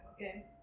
Okay